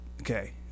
Okay